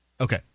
okay